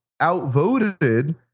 outvoted